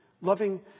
loving